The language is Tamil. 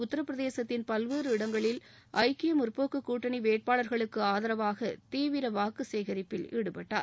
உத்தரப்பிரதேசத்தின் பல்வேறு இடங்களில் ஐக்கிய முற்போக்கு கூட்டணி வேட்பாளர்களுக்கு ஆதரவாக தீவிர வாக்கு சேகரிப்பில் ஈடுபட்டார்